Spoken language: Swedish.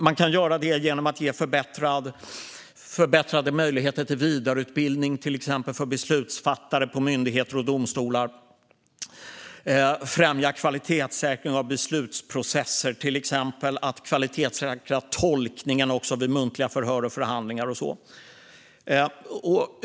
Man kan också göra det genom att ge förbättrade möjligheter till vidareutbildning för beslutsfattare på myndigheter och domstolar, främja kvalitetssäkringen av beslutsprocesser, kvalitetssäkra tolkningen vid muntliga förhör och förhandlingar och så vidare.